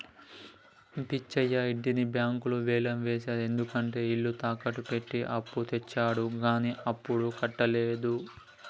పిచ్చయ్య ఇంటిని బ్యాంకులు వేలం వేశారు ఎందుకంటే ఇల్లు తాకట్టు పెట్టి అప్పు తెచ్చిండు కానీ అప్పుడు కట్టలేదు